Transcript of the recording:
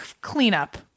cleanup